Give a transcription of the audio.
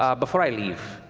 ah before i leave,